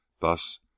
Thus